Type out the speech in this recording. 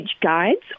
guides